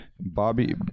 Bobby